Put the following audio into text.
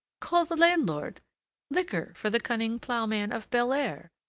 call the landlord liquor for the cunning ploughman of belair!